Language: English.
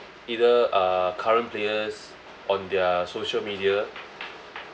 either uh current players on their social media